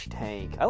tank